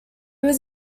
was